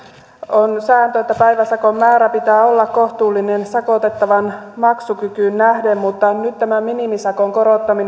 on sääntö että päiväsakon määrän pitää olla kohtuullinen sakotettavan maksukykyyn nähden mutta nyt tämä minimisakon korottaminen